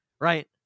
Right